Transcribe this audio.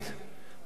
או פלילית,